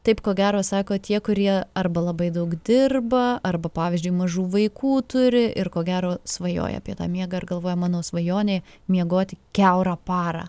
taip ko gero sako tie kurie arba labai daug dirba arba pavyzdžiui mažų vaikų turi ir ko gero svajoja apie tą miegą ir galvoja mano svajonė miegoti kiaurą parą